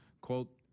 quote